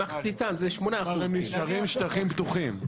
מחציתן, זה 8%. אבל הם נשארים שטחים פתוחים.